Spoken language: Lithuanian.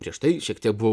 prieš tai šiek tiek buvau